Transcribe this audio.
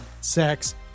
sex